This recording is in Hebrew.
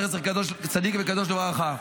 זכר צדיק וקדוש לברכה,